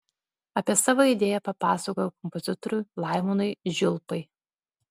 apie savo idėją papasakojau kompozitoriui laimonui žiulpai